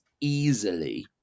easily